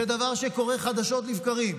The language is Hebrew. זה דבר שקורה חדשות לבקרים,